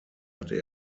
hatte